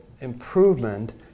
improvement